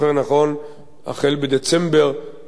החל בדצמבר 2009,